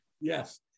Yes